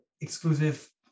exclusive